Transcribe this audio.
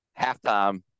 halftime